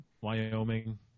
Wyoming